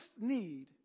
need